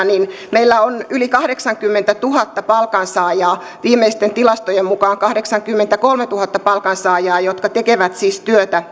niin meillä on yli kahdeksankymmentätuhatta palkansaajaa viimeisten tilastojen mukaan kahdeksankymmentäkolmetuhatta palkansaajaa jotka siis tekevät työtä